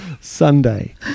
Sunday